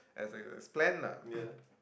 as I plan lah